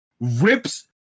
rips